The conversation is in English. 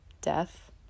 death